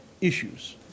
issues